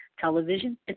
television